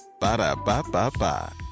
Ba-da-ba-ba-ba